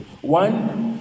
one